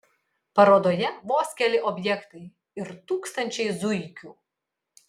parodoje vos keli objektai ir tūkstančiai zuikių